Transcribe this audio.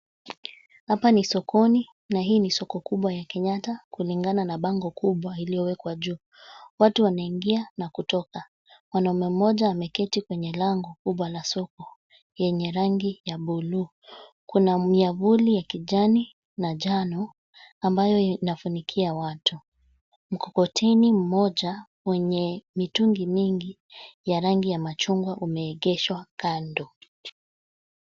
Hapa ni sokoni na hii ni soko kubwa ya Kenyatta kulingana na bango kubwa iliyowekwa juu. Watu wanaingia na kutoka. Mwanaume mmoja ameketi kwenye lango kubwa la soko yenye rangi ya buluu. Kuna miavuli ya kijani na njano ambayo inafunikia watu. Mkokoteni mmoja wenye mitungi mingi ya rangi ya machungwa umeegeshwa kando.